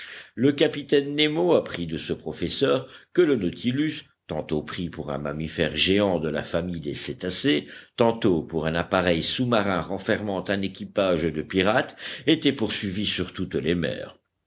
le capitaine nemo apprit de ce professeur que le nautilus tantôt pris pour un mammifère géant de la famille des cétacés tantôt pour un appareil sous-marin renfermant un équipage de pirates était poursuivi sur toutes les mers